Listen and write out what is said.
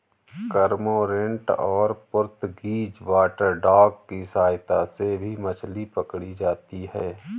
cormorant और Portuguese water dog की सहायता से भी मछली पकड़ी जाती है